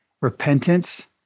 repentance